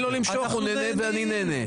תן לו למשוך, הוא נהנה ואני נהנה.